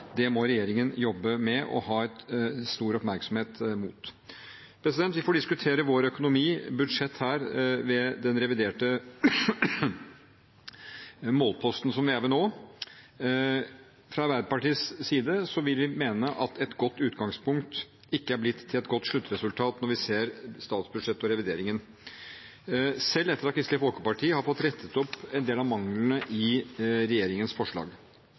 Det må regjeringen jobbe med og ha stor oppmerksomhet mot. Vi får diskutere vår økonomi, budsjett her ved den reviderte målposten som vi er ved nå. Fra Arbeiderpartiets side vil vi mene at et godt utgangspunkt ikke er blitt til et godt sluttresultat, når vi ser statsbudsjettet og revideringen, selv etter at Kristelig Folkeparti har fått rettet opp en del av manglene i regjeringens forslag.